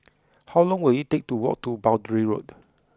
how long will it take to walk to Boundary Road